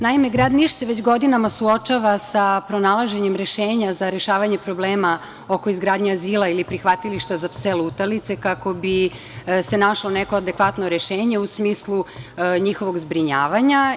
Naime, grad Niš se već godinama suočava sa pronalaženjem rešenja za rešavanje problema oko izgradnje azila ili prihvatilišta za pse lutalice kako bi se našlo neko adekvatno rešenje u smislu njihovog zbrinjavanja.